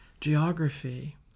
geography